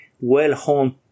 well-honed